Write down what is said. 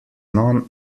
non